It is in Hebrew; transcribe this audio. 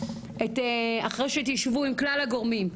אחרי שתשבו עם כלל הגורמים,